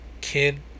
kid